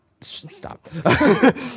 Stop